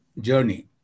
journey